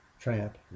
tramp